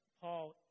Paul